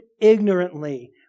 ignorantly